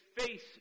face